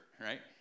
right